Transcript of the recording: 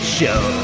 show